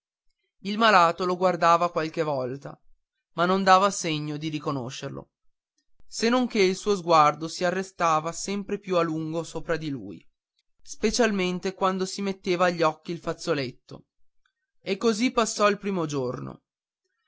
il malato lo guardava qualche volta ma non dava segno di riconoscerlo senonché il suo sguardo si arrestava sempre più a lungo sopra di lui specialmente quando si metteva agli occhi il fazzoletto e così passò il primo giorno